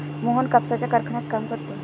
मोहन कापसाच्या कारखान्यात काम करतो